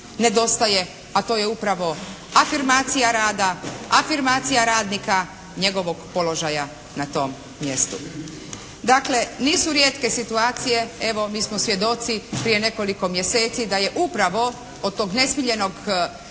nedostaje, a to je upravo afirmacija rada, afirmacija radnika, njegovog položaja na tom mjestu. Dakle, nisu rijetke situacije, evo mi smo svjedoci prije nekoliko mjeseci da je upravo od tog nesmiljenog kapitala